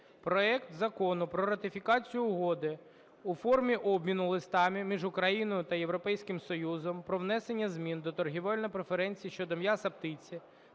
проекту Закону про ратифікацію Угоди у формі обміну листами між Україною та Європейським Союзом про внесення змін до торговельних преференцій щодо м'яса птиці